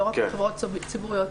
לא רק בחברות ציבוריות.